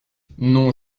non